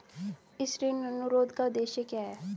इस ऋण अनुरोध का उद्देश्य क्या है?